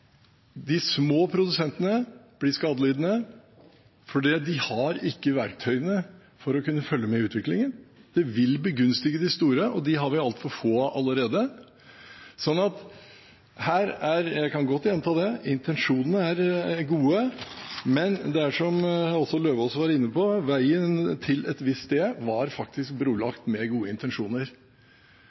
begunstige de store – og de små har vi altfor få av allerede. Jeg kan godt gjenta at intensjonene er gode. Men det er slik, som også Eidem Løvaas var inne på, at veien til et visst sted faktisk var brolagt med gode intensjoner.